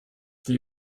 die